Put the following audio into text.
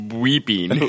weeping